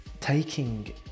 taking